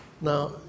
now